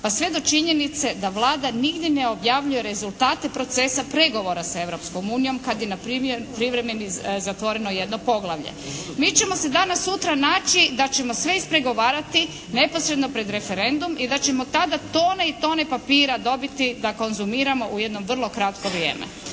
pa sve do činjenice da Vlada nigdje ne objavljuje rezultate procesa pregovora sa Europskom unijom, kad je npr. privremeno zatvoreno jedno poglavlje. Mi ćemo se danas, sutra naći da ćemo sve ispregovarati neposredno pred referendum i da ćemo tada tone i tone papira dobiti da konzumiramo u jedno vrlo kratko vrijeme.